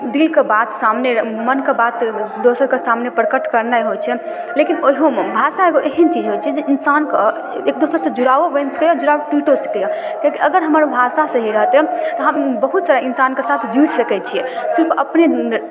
दिलके बात सामने मोनके बात एगो दोसरके सामने प्रकट करनाए होइ छै लेकिन ओहिओमे भाषा एगो एहन चीज होइ छै जे इन्सानके एक दोसरसँ जुड़ाव बनि सकैए आओर जुड़ाव टुटिओ सकैए लेकिन अगर हमर भाषा सही रहतै तऽ हम बहुत सारा इन्सानके साथ जुड़ि सकै छी सिर्फ अपने नहि